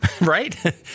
Right